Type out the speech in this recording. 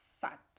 fat